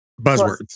Buzzwords